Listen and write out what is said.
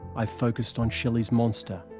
i've focused on shelley's monster.